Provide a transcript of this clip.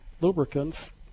lubricants